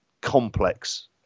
complex